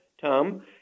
Tom